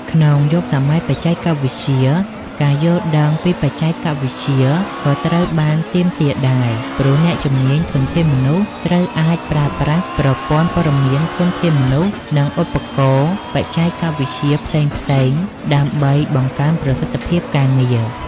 ក្នុងយុគសម័យបច្ចេកវិទ្យា ការយល់ដឹងពីបច្ចេកវិទ្យា ក៏ត្រូវបានទាមទារដែរ ព្រោះអ្នកជំនាញ ធនធានមនុស្ស ត្រូវអាចប្រើប្រាស់ប្រព័ន្ធព័ត៌មានធនធានមនុស្ស និងឧបករណ៍បច្ចេកវិទ្យាផ្សេងៗ ដើម្បីបង្កើនប្រសិទ្ធភាពការងារ។